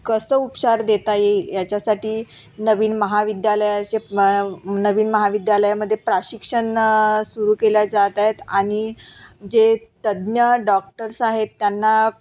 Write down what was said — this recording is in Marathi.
कसं उपचार देता येईल याच्यासाठी नवीन महाविद्यालयाचे नवीन महाविद्यालयामध्ये प्रशिक्षण सुरू केल्या जात आहेत आणि जे तज्ञ डॉक्टर्स आहेत त्यांना